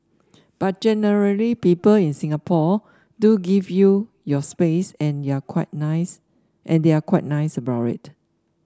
but generally people in Singapore do give you your space and they're quite nice and they're quite nice about it